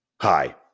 Hi